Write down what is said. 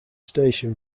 station